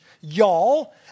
Y'all